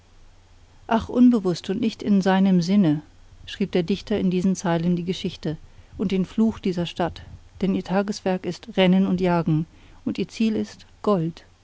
ach unbewußt und nicht in seinem sinne schrieb der dichter in diesen zeilen die geschichte und den fluch dieser stadt denn ihr tagewerk ist rennen und jagen und ihr ziel ist gold